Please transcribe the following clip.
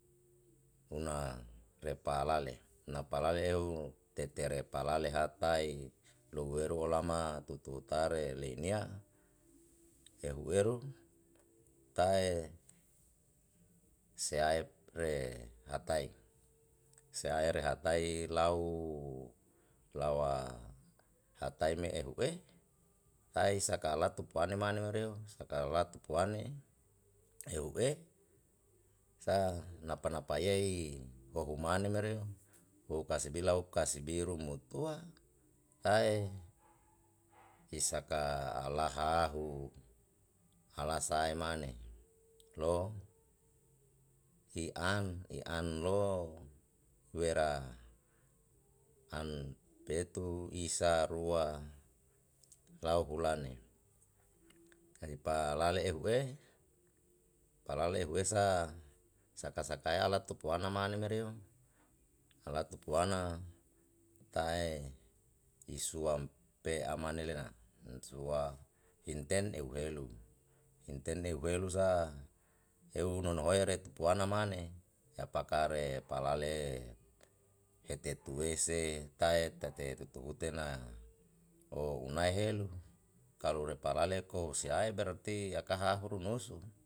Una repa lale napa lale eu tetere palale hatae lohueru olama tutu tare leinia ehu eru tae sea re hatai se ae re hatai lau lawa hatae me ehu kai saka latu pane mane oreo saka latu puane ehu sa napa napa yei ohu mane mereo, ohu kasibi lau kasibi rumutua tae isaka ala hahu ala sae mane lo i an i an lo wera an petu isa rua lau hulane ripalale ehu palale ehu esa saka sakae alatu puana mane merio alatu puana tae isuam pe'a mane lena sua inten ehu elu, inten ehu elu sa ehu nonu wae retu puana mane yapa kare palale ete tuese tae tate tutu hute na unae helu kalo rapalele ko seae se berati akahu ru nusu.